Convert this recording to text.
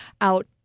out